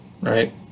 right